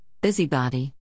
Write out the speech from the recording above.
busybody